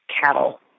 cattle